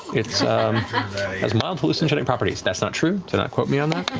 it has mild hallucinogenic properties. that's not true, do not quote me on that.